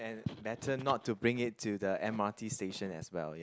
and better not to bring it to the m_r_t station as well ya